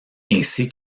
ainsi